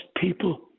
people